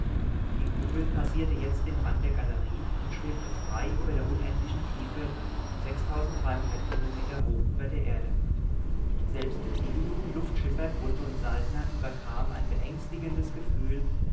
die kugel passierte jetzt den rand der galerie und schwebte frei über der unendlichen tiefe kilometer hoch über der erde selbst die geübten luftschiffer grunthe und saltner überkam ein beängstigendes gefühl